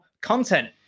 content